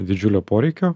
didžiulio poreikio